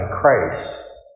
Christ